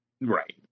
right